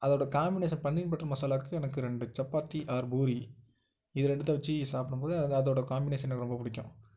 அதோடய combination paneer butter மசாலாவுக்கு எனக்கு ரெண்டு சப்பாத்தி ஆர் பூரி இது ரெண்டுத்தை வெச்சு சாப்பிடும் போது அது அதோடய காம்பினேசன் எனக்கு ரொம்ப பிடிக்கும்